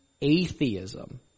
atheism